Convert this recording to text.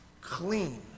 clean